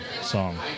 song